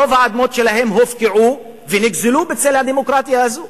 רוב האדמות שלהם הופקעו ונגזלו בצל הדמוקרטיה הזאת.